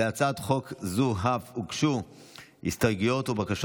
להצעת חוק הזו הוגשו הסתייגויות ובקשות